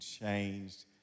changed